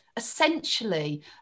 Essentially